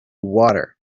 water